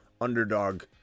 underdog